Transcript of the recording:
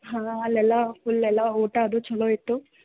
ಹಾಂ ಅಲ್ಲಿ ಎಲ್ಲ ಫುಲ್ ಎಲ್ಲ ಊಟ ಅದು ಛಲೋ ಇತ್ತು